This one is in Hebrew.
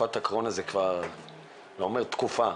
תקופת הקורונה זה כבר אומר תקופה,